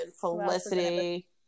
Felicity